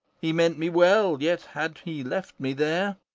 he meant me well, yet had he left me there,